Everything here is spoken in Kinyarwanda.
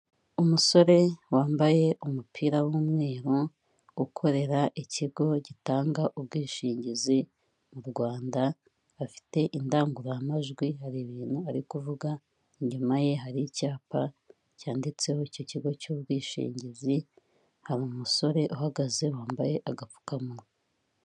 Umusore wambaye umupira w'umweru, ukorera ikigo gitanga ubwishingizi mu Rwanda, afite indangurumajwi, hari ibintu ari kuvuga, inyuma ye hari icyapa cyanditseho icyo kigo cy'ubwishingizi, hari umusore uhagaze wambaye agapfukamunwa.